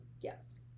Yes